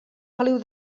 feliu